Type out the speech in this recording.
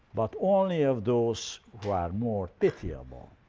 but only of those who are more pitiable.